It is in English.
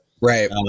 Right